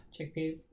chickpeas